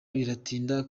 biratinda